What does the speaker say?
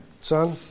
son